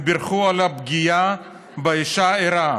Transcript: הם בירכו על הפגיעה באישה הרה.